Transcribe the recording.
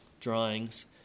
drawings